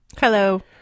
Hello